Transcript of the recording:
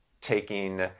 taking